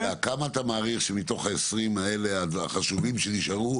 אני שואל שאלה: מתוך ה-20 האלה החשובים שנשארו